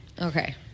Okay